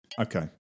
Okay